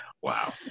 Wow